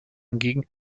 hingegen